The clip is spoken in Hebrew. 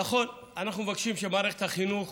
נכון, אנחנו מבקשים שמערכת החינוך